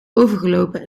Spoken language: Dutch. overgelopen